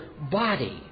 body